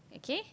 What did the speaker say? okay